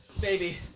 Baby